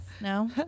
No